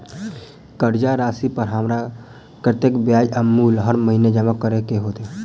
कर्जा राशि पर हमरा कत्तेक ब्याज आ मूल हर महीने जमा करऽ कऽ हेतै?